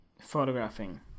photographing